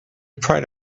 pride